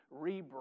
rebrand